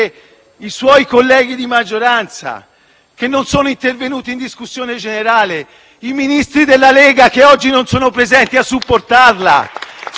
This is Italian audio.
che non sono intervenuti in discussione generale: i Ministri della Lega che oggi non sono presenti a supportarla. *(Applausi dal Gruppo PD)*. Signor Ministro, prenda atto di questa situazione.